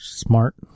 smart